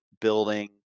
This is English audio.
building